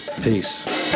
Peace